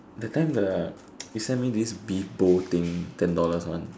that time the you send me this big bowl thing ten dollars one